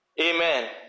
amen